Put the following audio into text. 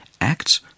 Acts